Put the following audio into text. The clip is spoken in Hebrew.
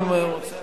אם אדוני רוצה,